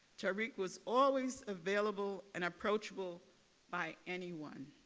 derrick was always available and approachable by anyone.